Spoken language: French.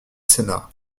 cena